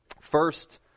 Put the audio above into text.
First